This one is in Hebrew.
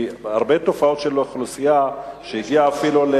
כי היו הרבה תופעות של אוכלוסייה שהגיעה אפילו,